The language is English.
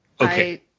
okay